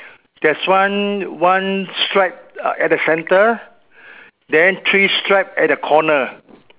there's one one stripe uh at the centre then three stripe at the corner